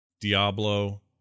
Diablo